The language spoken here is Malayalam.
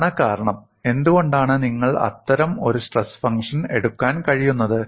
അതാണ് കാരണം എന്തുകൊണ്ടാണ് നിങ്ങൾക്ക് അത്തരം ഒരു സ്ട്രെസ് ഫംഗ്ഷൻ എടുക്കാൻ കഴിയുന്നത്